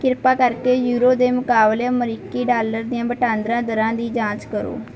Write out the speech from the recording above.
ਕਿਰਪਾ ਕਰਕੇ ਯੂਰੋ ਦੇ ਮੁਕਾਬਲੇ ਅਮਰੀਕੀ ਡਾਲਰ ਦੀਆਂ ਵਟਾਂਦਰਾ ਦਰਾਂ ਦੀ ਜਾਂਚ ਕਰੋ